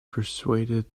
persuaded